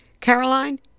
Caroline